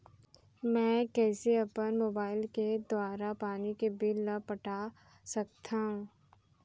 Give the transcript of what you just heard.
मैं कइसे अपन मोबाइल के दुवारा पानी के बिल ल पटा सकथव?